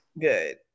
Good